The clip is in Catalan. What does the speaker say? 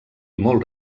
molt